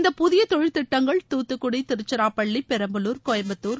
இந்தப்புதிய தொழில் திட்டங்கள் தூத்துக்குடி திருச்சிராப்பள்ளி பெரம்பலூர் கோயம்புத்தார்